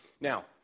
Now